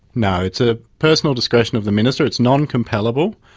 no, it's a personal discretion of the minister, its non-compellable,